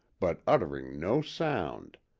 but uttering no sound.